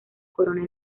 coronel